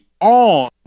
on